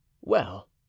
well